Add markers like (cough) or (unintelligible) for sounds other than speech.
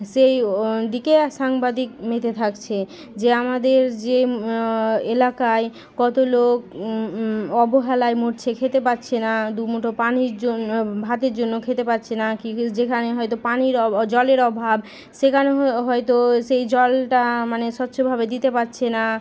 সেই দিকে আর সাংবাদিক মেতে থাকছে যে আমাদের যে এলাকায় কত লোক অবহেলায় মরছে খেতে পাচ্ছে না দু মুঠো পানির জন্য ভাতের জন্য খেতে পাচ্ছে না (unintelligible) যেখানে হয়তো পানির অভাব জলের অভাব সেখানে হয়তো সেই জলটা মানে স্বচ্ছভাবে দিতে পাচ্ছে না